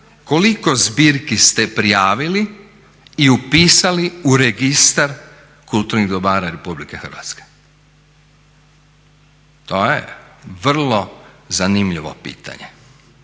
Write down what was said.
Koliko zbirki ste prijavili i upisali u registar kulturnih dobara Republike Hrvatske. To je vrlo zanimljivo pitanje.